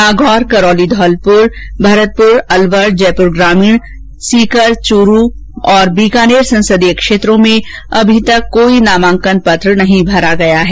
नागौर करौली धौलपुर भरतपुर अलवर जयपुर ग्रामीण सीकर चूरू बीकानेर संसदीय क्षेत्रों में अभी तक कोई नामांकन पत्र नहीं भरो गया है